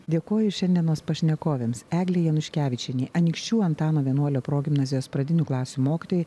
dėkoju šiandienos pašnekovėms eglei januškevičienei anykščių antano vienuolio progimnazijos pradinių klasių mokytojai